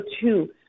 two